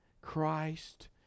Christ